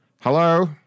Hello